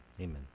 Amen